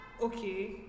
Okay